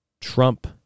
Trump